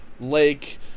lake